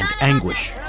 anguish